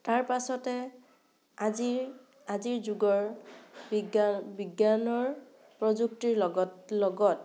তাৰপাছতে আজিৰ আজিৰ যুগৰ বিজ্ঞ বিজ্ঞানৰ প্ৰযুক্তিৰ লগত